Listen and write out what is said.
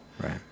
Right